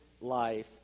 life